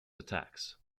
attacks